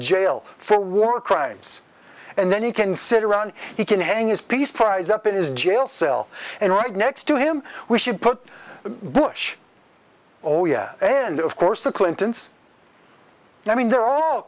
jail for war crimes and then he can sit around he can hang his peace prize up in his jail cell and right next to him we should put bush oh yes and of course the clintons i mean they're all